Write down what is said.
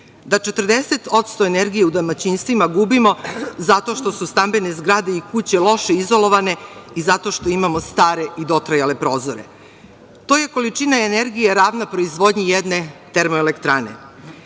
da 40% energije u domaćinstvima gubimo zato što su stambene zgrade i kuće loše izolovane i zato što imamo stare i dotrajale prozore. To je količina energije ravna proizvodnji jedne termoelektrane.